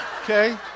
Okay